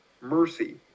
mercy